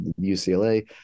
UCLA